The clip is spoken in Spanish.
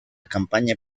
campaña